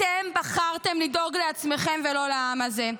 אתם בחרתם לדאוג לעצמכם ולא לעם הזה.